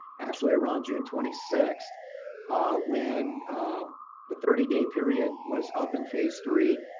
actually around june twenty sixth when the thirty day period was up in phase three,